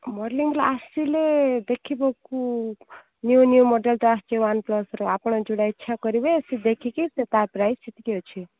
ମଡ଼େଲିଂର ଆସିଲେ ଦେଖିବାକୁ new new model ତ ଆସିଛି ୱାନ୍ ପ୍ଲସ୍ର ଆପଣ ଯେଉଁଟା ଇଚ୍ଛା କରିବେ ସିଏ ଦେଖିକି ସିଏ ତା ପ୍ରାଇସ୍ ସେତିକି ଅଛି